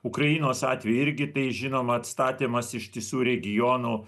ukrainos atveju irgi tai žinoma atstatymas ištisų regionų